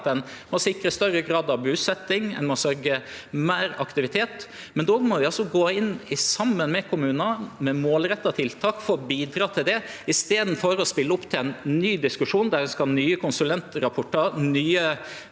at ein må sikre større grad av busetjing, ein må sørgje for meir aktivitet. Men då må vi gå inn saman med kommunane, med målretta tiltak, for å bidra til det, i staden for å spele opp til ein ny diskusjon, der ein skal ha nye konsulentrapportar